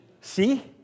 See